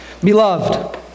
Beloved